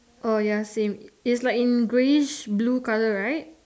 oh ya same it's like in greyish blue colour right